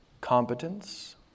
competence